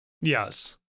yes